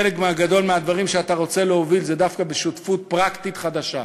חלק גדול מהדברים שאתה רוצה להוביל הם דווקא בשותפות פרקטית חדשה,